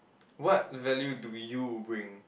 what value do you bring